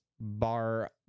Bar